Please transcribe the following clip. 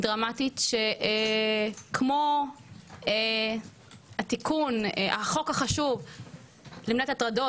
ודרמטית שכמו תיקון החוק החשוב למניעת הטרדות